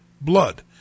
blood